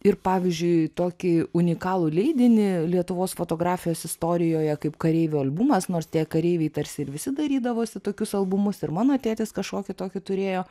ir pavyzdžiui tokį unikalų leidinį lietuvos fotografijos istorijoje kaip kareivio albumas nors tie kareiviai tarsi ir visi darydavosi tokius albumus ir mano tėtis kažkokį tokį turėjo